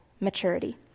maturity